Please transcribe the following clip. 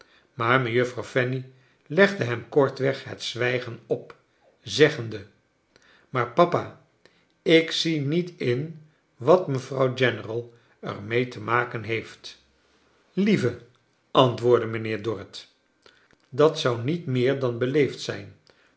maar mejuffrouw fanny legde hem kortweg het zwijgen op zeggende maar papa ik zie niet in wat mevrouw general er mee te maken heeft lieve antwoordde mijnheer dorrit dat zou niet meer dan beleefd zijn